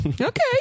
Okay